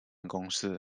公司